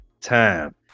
time